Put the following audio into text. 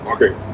Okay